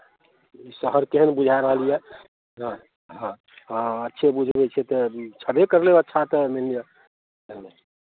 ई शहर केहन बुझा रहल यए हँ हँ अच्छे बुझबै छियै तऽ छेबै करलै अच्छा तऽ मानि लिअ हँ